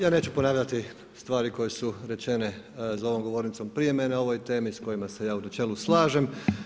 Ja neću ponavljati stvari koje su rečene za ovom govornicom prije mene o ovoj temi, s kojima se ja u načelu slažem.